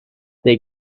they